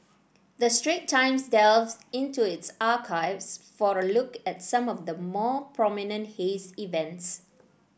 the Straits Times delves into its archives for a look at some of the more prominent haze events